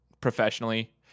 professionally